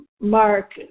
Mark